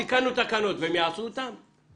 תיקנו תקנות, אז הם יאכפו אותן?